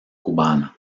cubana